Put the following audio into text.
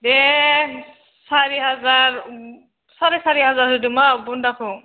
दे सारि हाजार साराय सारि हाजार होदोमा बुन्दाखौ